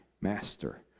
Master